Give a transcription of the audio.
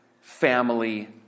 family